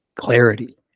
clarity